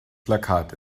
plakat